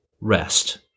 rest